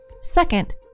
Second